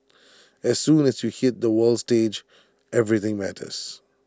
as soon as you hit the world stage everything matters